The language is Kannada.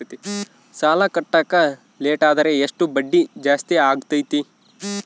ಸಾಲ ಕಟ್ಟಾಕ ಲೇಟಾದರೆ ಎಷ್ಟು ಬಡ್ಡಿ ಜಾಸ್ತಿ ಆಗ್ತೈತಿ?